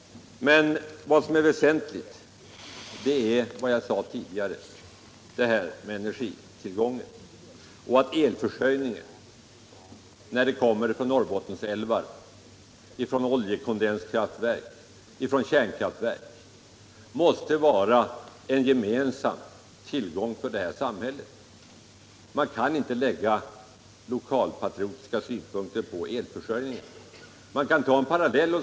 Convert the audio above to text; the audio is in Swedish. Men det väsentliga är, som jag sade tidigare, energitillgången. Elförsörjningen — vare sig den kommer från Norrbottensälvar, oljekondenskraftverk eller kärnkraftverk — måste vara en gemensam tillgång för det här samhället. Man kan inte lägga lokalpatriotiska synpunkter på elförsörjningen. Jag kan dra en parallell.